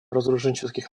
разоруженческих